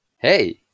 Hey